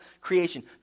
creation